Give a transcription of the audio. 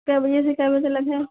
तब जैसे कै पैसे लगहे